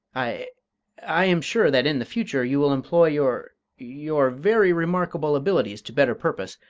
i i am sure that, in the future, you will employ your your very remarkable abilities to better purpose,